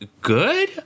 Good